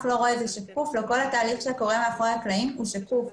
כל התהליך שקורה מאחורי הקלעים הוא שקוף.